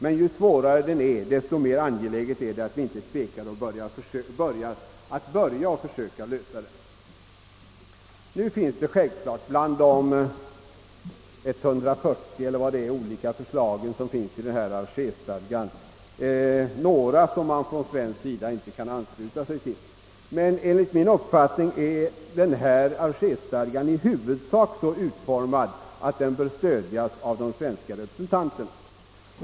Men ju svårare den är, desto mer angeläget måste det vara att vi inte tvekar att försöka lösa den. Självklart finns det bland de omkring 140 olika förslagen i Alger-stadgan några som man från svensk sida inte kan ansluta sig till, men enligt min mening är Alger-stadgan i huvudsak så utformad att den bör stödjas av de svenska representanterna.